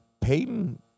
Peyton